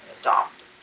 adopted